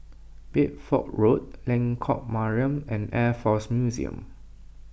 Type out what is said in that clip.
Bedford Road Lengkok Mariam and Air force Museum